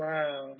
Wow